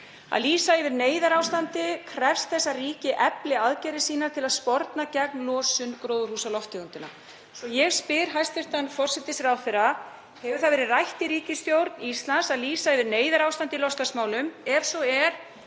Að lýsa yfir neyðarástandi krefst þess að ríki efli aðgerðir sínar til að sporna gegn losun gróðurhúsalofttegunda. Ég spyr hæstv. forsætisráðherra: Hefur það verið rætt í ríkisstjórn Íslands að lýsa yfir neyðarástandi í loftslagsmálum? Ef svo er,